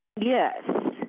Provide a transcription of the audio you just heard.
Yes